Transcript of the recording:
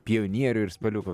pionierių ir spaliukų